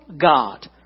God